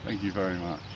ah you very much.